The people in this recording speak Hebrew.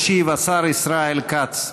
ישיב השר ישראל כץ.